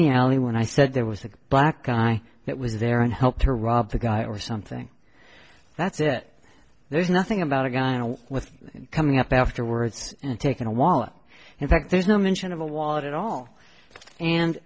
the alley when i said there was a black guy that was there and helped to rob the guy or something that's it there's nothing about a guy with coming up afterwards and taking a wallet in fact there's no mention of a wallet at all and